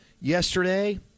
yesterday